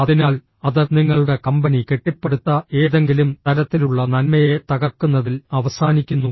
അതിനാൽ അത് നിങ്ങളുടെ കമ്പനി കെട്ടിപ്പടുത്ത ഏതെങ്കിലും തരത്തിലുള്ള നന്മയെ തകർക്കുന്നതിൽ അവസാനിക്കുന്നു